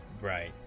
Right